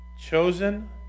chosen